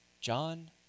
John